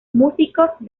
músicos